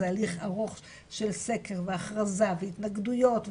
זה הליך ארוך של סקר והכרזה והתנגדויות וכו',